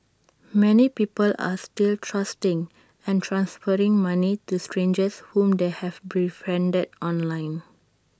many people are still trusting and transferring money to strangers whom they have befriended online